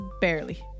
barely